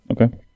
Okay